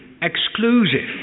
exclusive